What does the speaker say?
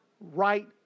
right